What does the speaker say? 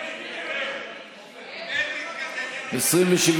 סעיף 2 לא נתקבלה.